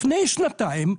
לפני שנתיים,